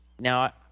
Now